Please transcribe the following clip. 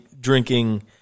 drinking